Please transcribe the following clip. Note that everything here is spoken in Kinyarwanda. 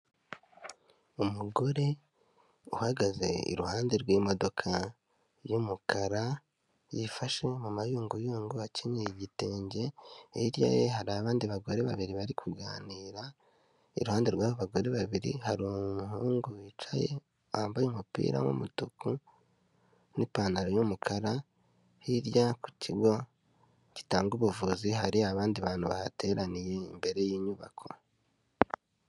Umugore uhagaze iruhande rw'imodoka y'umukara, yifashe mu mayunguyungu akenyeye igitenge, hirya ye hari abandi bagore babiri bari kuganira, iruhande rw'abo bagore babiri hari umuhungu wicaye wambaye umupira w'umutuku n'ipantaro y'umukara, hirya ku kigo gitanga ubuvuzi hari abandi bantu bahateraniye imbere y'inyubako.